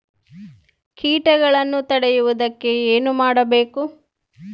ಕೇಟಗಳನ್ನು ತಡೆಗಟ್ಟುವುದಕ್ಕೆ ಏನು ಮಾಡಬೇಕು?